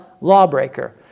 lawbreaker